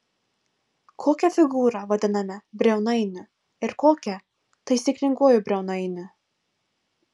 kokią figūrą vadiname briaunainiu ir kokią taisyklinguoju briaunainiu